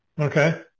Okay